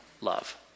love